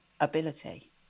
ability